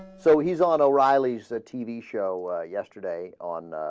so he's on o'reilly said t v show ah. yesterday on ah.